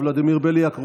ולדימיר בליאק,